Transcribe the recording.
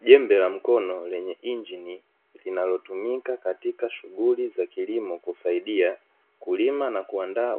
Jembe la mkono lenye injini linalotumika katika shughuli za kilimo, husaidia kulima na kuandaa